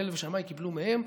הלל ושמאי קיבלו מהם,